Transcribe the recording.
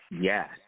Yes